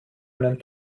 einen